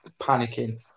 panicking